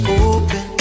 open